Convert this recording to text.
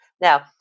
Now